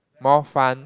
more fun